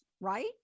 right